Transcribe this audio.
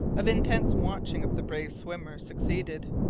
of intense watching of the brave swimmer succeeded.